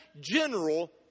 general